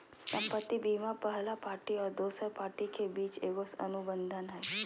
संपत्ति बीमा पहला पार्टी और दोसर पार्टी के बीच एगो अनुबंध हइ